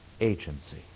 agency